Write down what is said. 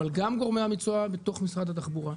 אבל גם גורמי המקצוע בתוך משרד התחבורה,